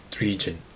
region